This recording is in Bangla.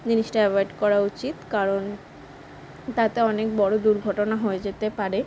জিনিসটা অ্যাভয়েড করা উচিত কারণ তাতে অনেক বড়ো দুর্ঘটনা হয়ে যেতে পারে